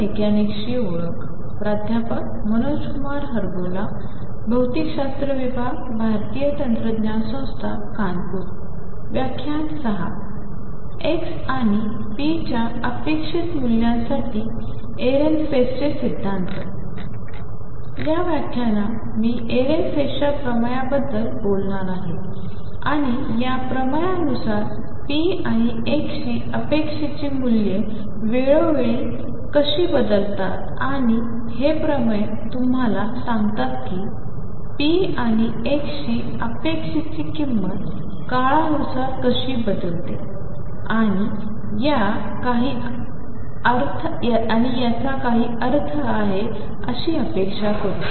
x आणि पीच्या अपेक्षित मूल्यांसाठी एहरनफेस्टचे सिद्धांत या व्याख्यानात मी एरेनफेस्टच्या प्रमेयांबद्दल बोलणार आहे आणि या प्रमयानुसार p आणि x ची अपेक्षेची मूल्ये वेळोवेळी कशी बदलतात आणि हे प्रमेय तुम्हाला सांगतात की p आणि x ची अपेक्षेची किंमत काळानुसार कशी बदलते आणि याला काही अर्थ आहे अशी अपेक्षा करू